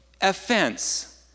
offense